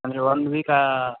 ಅಂದರೆ ಒಂದು ವೀಕಾ